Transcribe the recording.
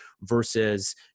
versus